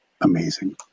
amazing